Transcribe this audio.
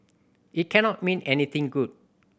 it cannot mean anything good